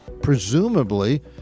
presumably